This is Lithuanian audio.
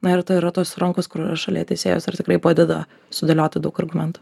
na ir tai yra tos rankos kur yra šalia teisėjos ir tikrai padeda sudėlioti daug argumentų